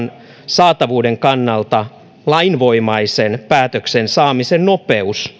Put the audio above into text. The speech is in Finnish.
saatavuuden kannalta lainvoimaisen päätöksen saamisen nopeus